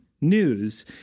news